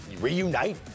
reunite